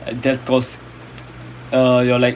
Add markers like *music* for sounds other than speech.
just cause *noise* err you are like